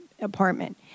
apartment